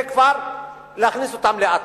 זה כבר להכניס אותם לאטרף.